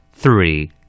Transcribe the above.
Three